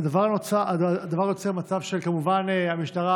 הדבר יוצר מצב שכמובן המשטרה